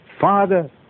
Father